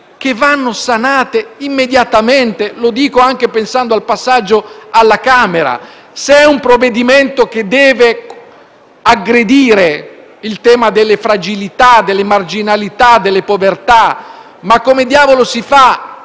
che vanno sanate immediatamente, lo dico anche pensando al passaggio alla Camera. Se il provvedimento deve aggredire il tema delle fragilità, delle marginalità, delle povertà, come si fa